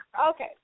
Okay